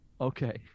Okay